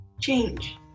change